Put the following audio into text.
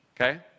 okay